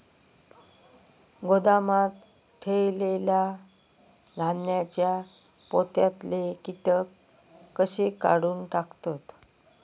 गोदामात ठेयलेल्या धान्यांच्या पोत्यातले कीटक कशे काढून टाकतत?